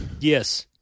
Yes